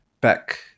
back